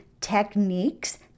techniques